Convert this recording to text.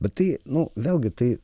bet tai nu vėlgi tai